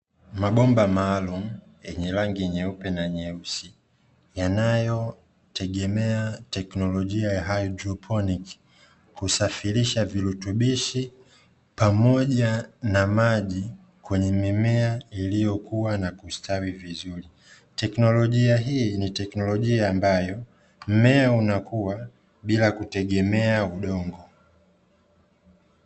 Mabomba maalumu yenye rangi nyeupe na nyeusi yanayo tegemea teknolojia ya, haidroponiki, kusafirisha virutubishi pamoja na maji kwenye mimea iliyokua na kustawi vizuri, teknolojia hii ni teknolojia ambayo mmea unakua bila kutegemea udongo.